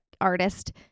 artist